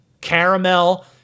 caramel